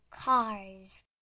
cars